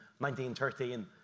1913